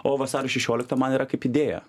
o vasario šešiolikta man yra kaip idėją